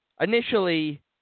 Initially